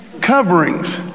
coverings